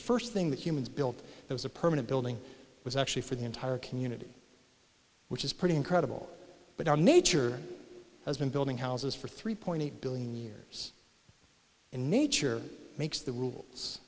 first thing that humans built it was a permanent building was actually for the entire community which is pretty incredible but our nature has been building houses for three point eight billion years in nature makes the rules